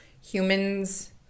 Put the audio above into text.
Humans